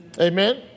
Amen